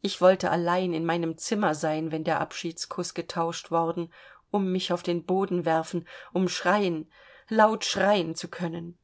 ich wollte allein in meinem zimmer sein wenn der abschiedskuß getauscht worden um mich auf den boden werfen um schreien laut schreien zu können